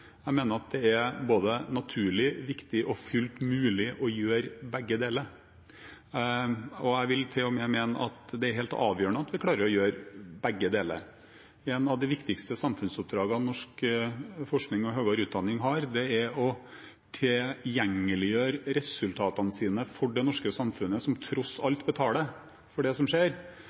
er både naturlig, viktig og fullt mulig å gjøre begge deler. Jeg vil til og med mene at det er helt avgjørende at vi klarer å gjøre begge deler. Et av de viktigste samfunnsoppdragene norsk forskning og høyere utdanning har, er å tilgjengeliggjøre resultatene sine for det norske samfunnet, som tross alt betaler for det som skjer.